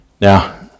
now